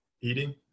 eating